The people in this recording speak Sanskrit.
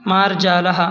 मार्जालः